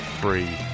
free